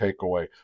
takeaway